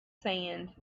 sand